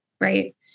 Right